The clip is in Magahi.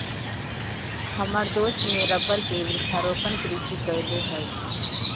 हमर दोस्त ने रबर के वृक्षारोपण कृषि कईले हई